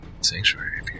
sanctuary